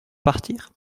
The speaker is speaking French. partir